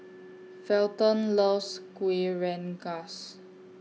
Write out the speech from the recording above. Felton loves Kueh Rengas